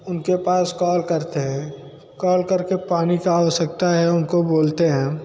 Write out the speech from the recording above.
उनके पास कॉल करते हैं कॉल कर के पानी की आवश्यकता है उनको बोलते हैं